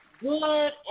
good